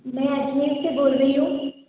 मैं अजमेर से बोल रही हूँ